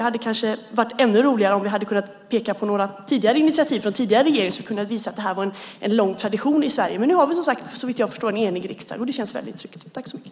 Det hade kanske varit ännu roligare om vi hade kunnat peka på några tidigare initiativ från tidigare regering som hade kunnat visa att det här varit en lång tradition i Sverige. Men nu är vi, såvitt jag förstår, en enig riksdag, och det känns väldigt tryggt.